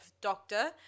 doctor